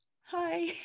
hi